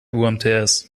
umts